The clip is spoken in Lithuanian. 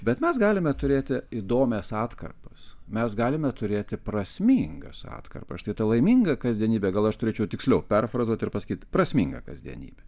bet mes galime turėti įdomias atkarpas mes galime turėti prasmingas atkarpa štai ta laiminga kasdienybė gal aš turėčiau tiksliau perfrazuoti ir pasakyti prasminga kasdienybė